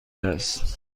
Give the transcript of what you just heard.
است